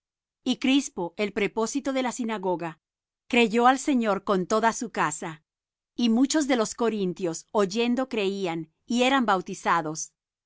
y crispo él prepósito de la sinagoga creyó al señor con toda su casa y muchos de los corintios oyendo creían y eran bautizados